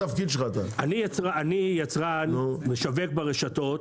אני יצרן משווק ברשתות.